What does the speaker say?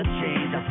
change